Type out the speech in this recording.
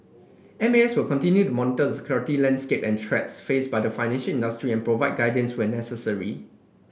M A S will continue to monitor the security landscape and threats faced by the financial industry and provide guidance when necessary